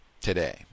today